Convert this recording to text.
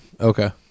Okay